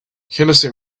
henderson